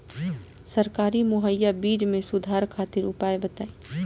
सरकारी मुहैया बीज में सुधार खातिर उपाय बताई?